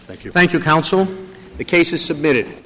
thank you thank you counsel the cases submitted